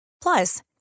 Plus